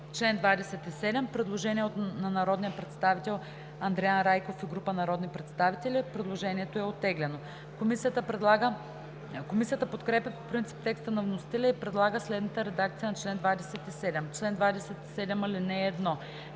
чл. 27 има предложение на народния представител Андриан Райков и група народни представители. Предложението е оттеглено. Комисията подкрепя по принцип текста на вносителя и предлага следната редакция на чл. 27: „Чл. 27. (1)